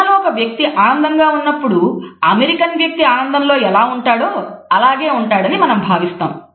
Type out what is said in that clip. China వ్యక్తి ఆనందంలో ఎలా ఉంటాడో అలాగే ఉంటాడని మనం భావిస్తాము